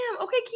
okay